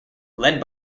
led